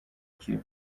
کیه